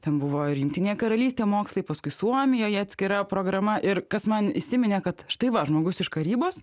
ten buvo ir jungtinėj karalystėj mokslai paskui suomijoje atskira programa ir kas man įsiminė kad štai va žmogus iš karybos